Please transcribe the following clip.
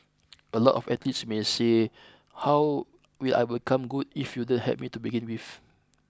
a lot of athletes may say how will I become good if you don't help me to begin with